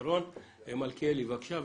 מיכאל מלכיאלי בבקשה.